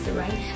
right